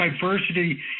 diversity